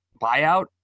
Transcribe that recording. buyout